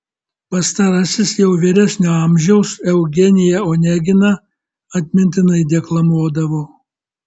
pastarasis jau vyresnio amžiaus eugeniją oneginą atmintinai deklamuodavo